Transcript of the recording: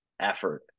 effort